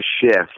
shift